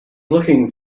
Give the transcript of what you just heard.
looking